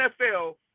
NFL